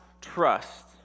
trust